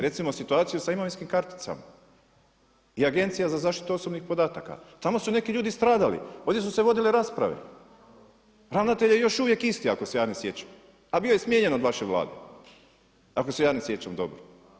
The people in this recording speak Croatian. Recimo situaciju sa imovinskim karticama i Agencija za zaštitu osobnih podataka, tamo su neki ljudi stradali, ovdje su se vodile rasprave, ravnatelj je još uvijek isto ako se ja ne sjećam, a bio je smijenjen od vaše Vlade, ako se ja ne sjećam dobro.